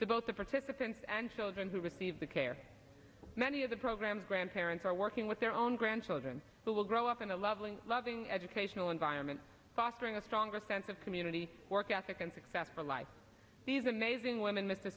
to both the participants and children who receive the care many of the programs grandparents are working with their own grandchildren who will grow up in a loving loving educational environment fostering a stronger sense of community work ethic and successful life these amazing women